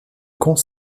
camps